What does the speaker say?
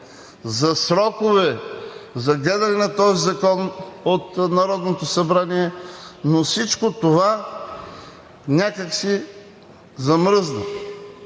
за срокове за гледане на този закон от Народното събрание, но всичко това някак си замръзна.